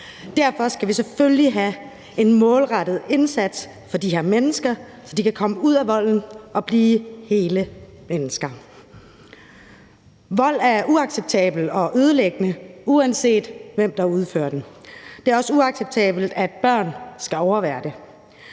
Derfor skal vi selvfølgelig have en målrettet indsats for de her mennesker, så de kan komme ud af volden og blive hele mennesker. Vold er uacceptabelt og ødelæggende, uanset hvem der udfører den. Det er også uacceptabelt, at børn skal overvære det.